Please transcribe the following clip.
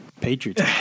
Patriots